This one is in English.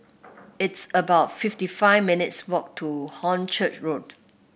it's about fifty five minutes' walk to Hornchurch Road